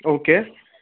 okay